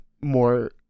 more